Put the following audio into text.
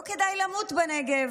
לא כדאי למות בנגב,